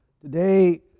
Today